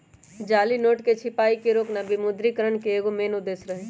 जाली नोट के छपाई के रोकना विमुद्रिकरण के एगो मेन उद्देश्य रही